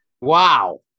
Wow